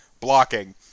blocking